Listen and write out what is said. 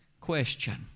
Question